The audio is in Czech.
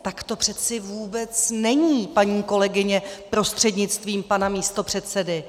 Tak to přece vůbec není, paní kolegyně prostřednictvím pana místopředsedy!